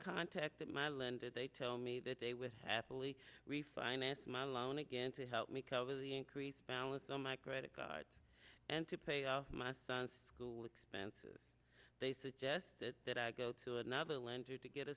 contacted my lender they tell me that they with happily refinance my loan again to help me cover the increased balance on my credit card and to pay off my son's school expenses they suggested that i go to another lender to get a